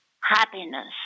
happiness